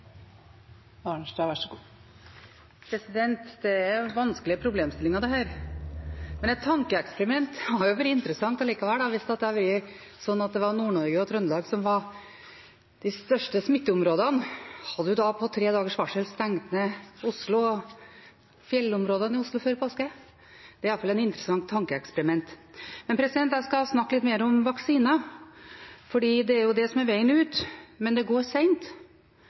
er vanskelige problemstillinger, men et tankeeksperiment hadde vært interessant likevel. Hvis det hadde vært sånn at det var Nord-Norge og Trøndelag som var de største smitteområdene, hadde en da, på tre dagers varsel, stengt ned Oslo og fjellområdene ved Oslo før påske? Det er i alle fall et interessant tankeeksperiment. Men jeg skal snakke litt mer om vaksiner, for det er jo det som er veien ut. Men det går